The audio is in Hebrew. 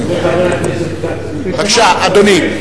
בבקשה, אדוני.